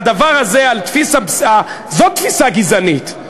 זאת תפיסה גזענית.